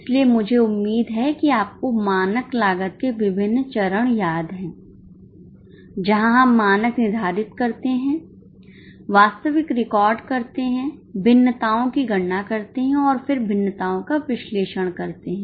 इसलिए मुझे उम्मीद है कि आपको मानक लागत के विभिन्न चरण याद हैं जहां हम मानक निर्धारित करते हैं वास्तविक रिकॉर्ड करते हैं भिन्नताओं की गणना करते हैं और फिर भिन्नताओं का विश्लेषण करते हैं